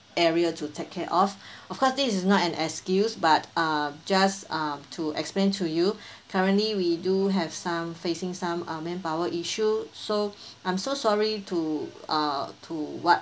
area to take care of of course this is not an excuse but err just um to explain to you currently we do have some facing some err manpower issue so I'm so sorry to uh to what